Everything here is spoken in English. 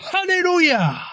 Hallelujah